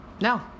No